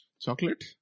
Chocolate